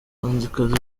bahanzikazi